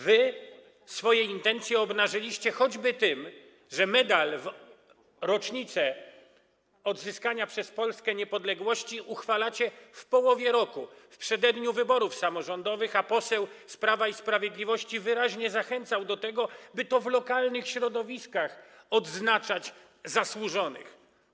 Wy swoje intencje obnażyliście choćby tym, że ustawę o medalu w rocznicę odzyskania przez Polskę niepodległości uchwalacie w połowie roku, w przededniu wyborów samorządowych, a poseł z Prawa i Sprawiedliwości wyraźnie zachęcał do tego, by to w lokalnych środowiskach odznaczać zasłużonych.